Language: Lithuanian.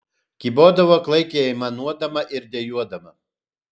kybodavo klaikiai aimanuodama ir dejuodama